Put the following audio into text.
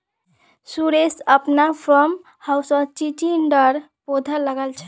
सुरेश अपनार फार्म हाउसत चिचिण्डार पौधा लगाल छ